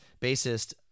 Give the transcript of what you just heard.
bassist